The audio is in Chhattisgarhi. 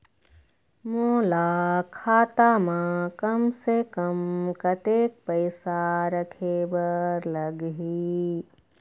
मोला खाता म कम से कम कतेक पैसा रखे बर लगही?